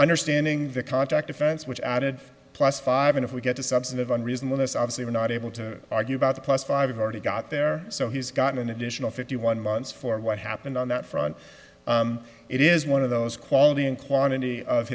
understanding the contract offense which added plus five and if we get a substantive unreasonableness obviously we're not able to argue about the plus five already got there so he's got an additional fifty one months for what happened on that front it is one of those quality and quantity of